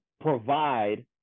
provide